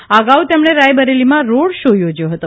આ અગાઉ તેમણે રાયબરેલીમાં રોડ શો યોજ્યો હતો